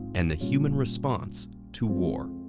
and the human response to war.